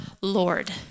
Lord